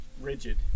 rigid